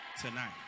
tonight